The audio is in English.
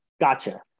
gotcha